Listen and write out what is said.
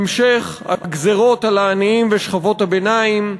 המשך הגזירות על העניים ושכבות הביניים,